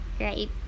right